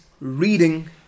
reading